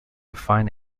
fine